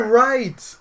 right